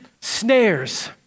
snares